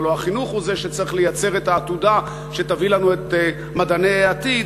והלוא החינוך הוא זה שצריך לייצר את העתודה שתביא לנו את מדעני העתיד,